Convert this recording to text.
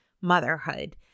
motherhood